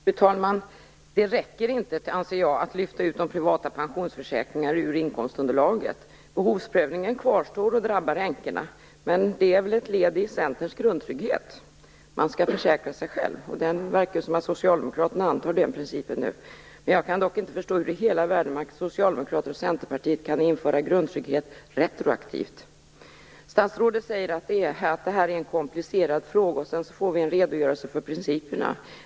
Fru talman! Det räcker inte, anser jag, att lyfta ut de privata pensionsförsäkringarna ur inkomstunderlaget. Behovsprövningen kvarstår, och den drabbar änkorna. Men det är väl ett led i Centerns grundtrygghet. Man skall försäkra sig själv. Det verkar ju som att Socialdemokraterna antar den principen nu. Jag kan dock inte förstå hur i hela världen Socialdemokraterna och Centerpartiet kan införa grundtrygghet retroaktivt. Statsrådet säger att det här är en komplicerad fråga. Sedan får vi en redogörelse för principerna.